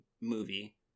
movie